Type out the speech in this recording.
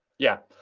yeah.